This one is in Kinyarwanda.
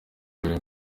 mbere